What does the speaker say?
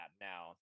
now